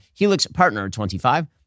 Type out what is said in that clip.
helixpartner25